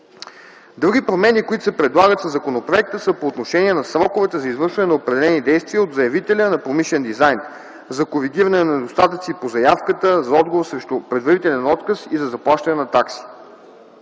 Други промени, които се предлагат със законопроекта, са по отношение на сроковете за извършване на определени действия от заявителя на промишлен дизайн – за коригиране на недостатъци по заявката, за отговор срещу предварителен отказ и за заплащане на такси.